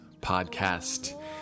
podcast